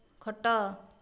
ଖଟ